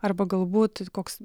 arba galbūt koks